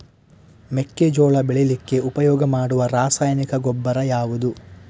ಮೆಕ್ಕೆಜೋಳ ಬೆಳೀಲಿಕ್ಕೆ ಉಪಯೋಗ ಮಾಡುವ ರಾಸಾಯನಿಕ ಗೊಬ್ಬರ ಯಾವುದು?